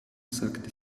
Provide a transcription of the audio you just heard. sagte